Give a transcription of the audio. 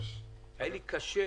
היה לי קשה.